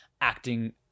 acting